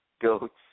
goats